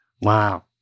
wow